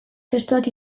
testuak